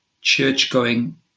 church-going